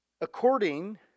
According